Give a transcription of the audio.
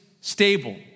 stable